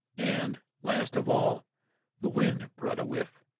and last of all the wind brought a whiff.